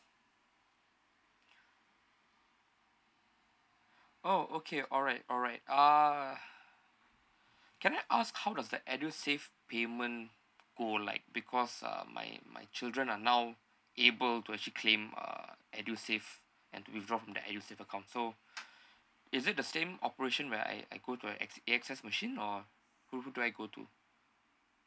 oh okay alright alright uh can I ask how does the edusave payment go like because um my my children are now able to actually claim uh edusave and withdraw from the edusave account so is it the same operation where I I go to X~ A_X_S machine or who who do I go to